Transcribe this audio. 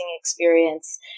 experience